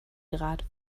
grad